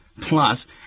Plus